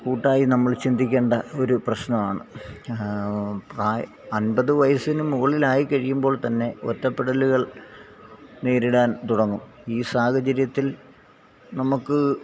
കൂട്ടായി നമ്മള് ചിന്തിക്കേണ്ട ഒരു പ്രശ്നം ആണ് പ്രായ അൻപത് വയസ്സിന് മുകളിലായി കഴിയുമ്പോൾത്തന്നെ ഒറ്റപ്പെടലുകൾ നേരിടാൻ തുടങ്ങും ഈ സാഹചര്യത്തിൽ നമുക്ക്